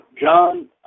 John